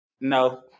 No